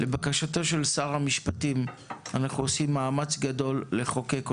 לבקשתו של שר המשפטים אנחנו עושים מאמץ גדול לחוקק אותו.